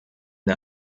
der